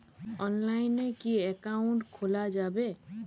অনলাইনে কি অ্যাকাউন্ট খোলা যাবে?